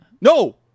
no